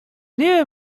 nie